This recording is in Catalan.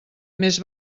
més